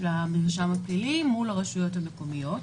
המרשם הפלילי מול הרשויות המקומיות.